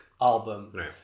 album